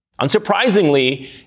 Unsurprisingly